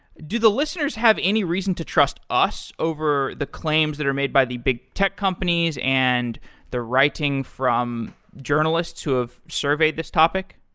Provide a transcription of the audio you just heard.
do the listeners have any reason to trust us over the claims that are made by the big tech companies and the writing from journalists who have surveyed this topic?